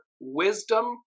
wisdom